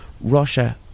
Russia